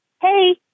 Hey